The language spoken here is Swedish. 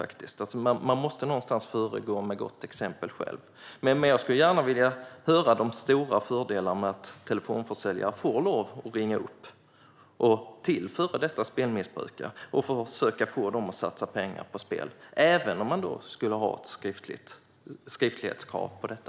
Någonstans måste man själv föregå med gott exempel. Men jag skulle gärna vilja höra de stora fördelarna med att telefonförsäljare får lov att ringa till före detta spelmissbrukare och försöka få dem att satsa pengar på spel även om man skulle ha ett skriftlighetskrav på detta.